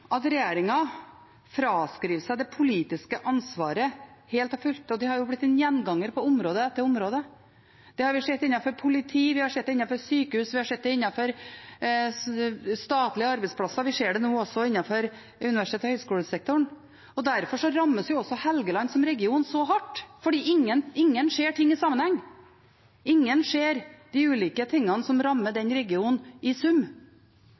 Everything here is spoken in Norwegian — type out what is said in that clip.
at regjeringen fraskriver seg det politiske ansvaret helt og fullt, og det har blitt en gjenganger på område etter område. Det har vi sett innenfor politi, vi har sett det innenfor sykehus, vi har sett det innenfor statlige arbeidsplasser, og vi ser det nå også innenfor universitets- og høyskolesektoren. Derfor rammes også Helgeland som region så hardt, fordi ingen ser ting i sammenheng, ingen ser de ulike tingene som rammer den regionen, i sum.